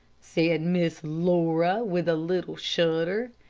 said miss laura with a little shudder.